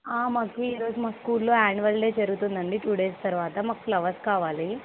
మాకు ఈరోజు మా స్కూల్లో యాన్యువల్ డే జరుగుతుందండి టూ డేస్ తర్వాత మాకు ఫ్లవర్స్ కావాలి